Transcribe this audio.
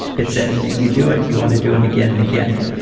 it says you you do it. you want to do it again and again.